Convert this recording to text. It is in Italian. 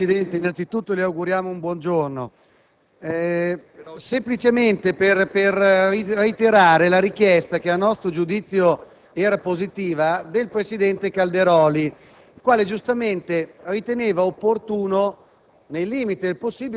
Signor Presidente, innanzi tutto le auguriamo un buon giorno. Vorrei semplicemente reiterare la richiesta, a nostro giudizio positiva, del presidente Calderoli, il quale giustamente riteneva opportuna,